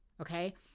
Okay